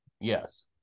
Yes